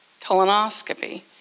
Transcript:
colonoscopy